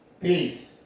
Peace